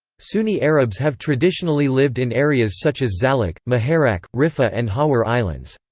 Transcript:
sunni arabs have traditionally lived in areas such as zallaq, muharraq, riffa and hawar islands.